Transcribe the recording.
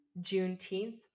Juneteenth